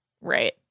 Right